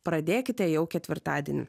pradėkite jau ketvirtadienį